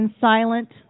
Silent